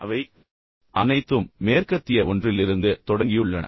எனவே அவை அனைத்தும் உண்மையில் மேற்கத்திய ஒன்றிலிருந்து தொடங்கியுள்ளன